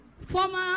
former